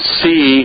see